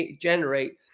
generate